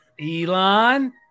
Elon